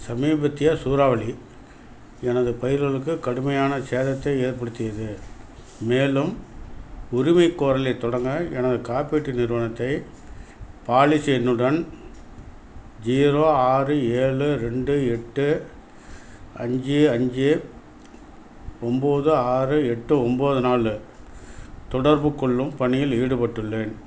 சமீபத்திய சூறாவளி எனது பயிர்களுக்கு கடுமையான சேதத்தை ஏற்படுத்தியது மேலும் உரிமைகோரலைத் தொடங்க எனது காப்பீட்டு நிறுவனத்தை பாலிசி எண்ணுடன் ஜீரோ ஆறு ஏழு ரெண்டு எட்டு அஞ்சு அஞ்சு ஒம்பது ஆறு எட்டு ஒம்பது நாலு தொடர்புகொள்ளும் பணியில் ஈடுபட்டுள்ளேன்